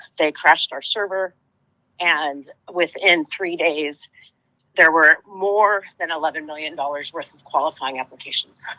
they crashed our server and within three days there were more than eleven million dollars worth of qualifying applications.